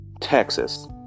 Texas